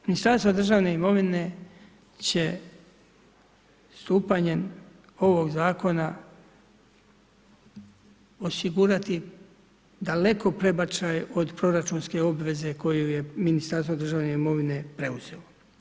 Ministarstvo državne imovine će stupanjem ovog zakona osigurati daleko prebačaj od proračunske obveze koju je Ministarstvo državne imovine preuzelo.